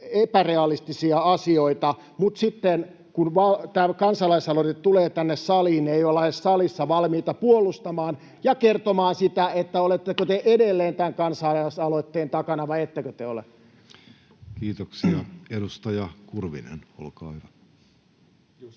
epärealistisia asioita, mutta sitten, kun tämä kansalaisaloite tulee tänne saliin, ei edes olla valmiita salissa puolustamaan sitä ja kertomaan, oletteko te edelleen tämän kansalaisaloitteen takana vai ettekö te ole. Kiitoksia. — Edustaja Kurvinen, olkaa hyvä.